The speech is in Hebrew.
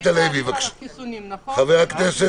חבר הכנסת